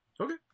Okay